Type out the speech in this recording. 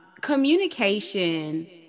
communication